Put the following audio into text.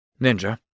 Ninja